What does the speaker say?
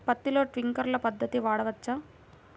పత్తిలో ట్వింక్లర్ పద్ధతి వాడవచ్చా?